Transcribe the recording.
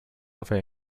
very